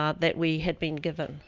um that we had been given.